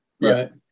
Right